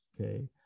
okay